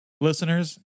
Listeners